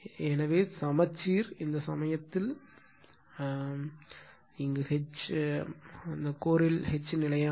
எனவே சமச்சீர் இந்த மையத்தில் H நிலையானது